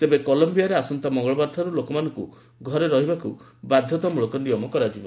ତେବେ କଲୟିଆରେ ଆସନ୍ତା ମଙ୍ଗଳବାରଠାରୁ ଲୋକମାନଙ୍କୁ ଘରେ ରହିବାକୁ ବାଧ୍ୟତାମଳକ କରାଯିବ